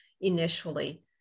initially